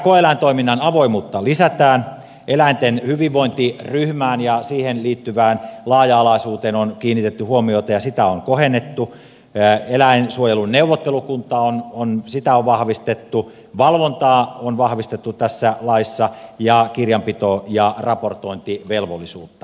koe eläintoiminnan avoimuutta lisätään eläinten hyvinvointiryhmään ja siihen liittyvään laaja alaisuuteen on kiinnitetty huomiota ja sitä on kohennettu eläinsuojelun neuvottelukuntaa on vahvistettu valvontaa on vahvistettu tässä laissa ja kirjanpito ja raportointivelvollisuutta